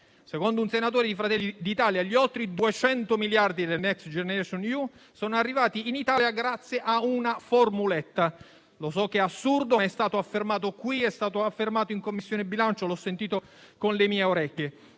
secondo un senatore di Fratelli d'Italia gli oltre 200 miliardi del Next generation EU sono arrivati in Italia grazie a una formuletta. So che è assurdo, ma è stato affermato qui, in Commissione bilancio, l'ho sentito con le mie orecchie.